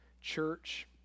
Church